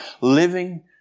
living